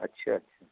अच्छा अच्छा